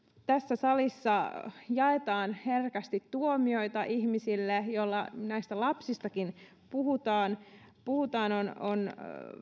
tässä salissa jaetaan herkästi tuomioita ihmisille ja jolla näistä lapsistakin puhutaan puhutaan on on